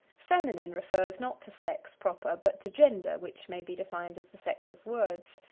feminine refers, not to sex proper, but to gender, which may be defined as the sex of words.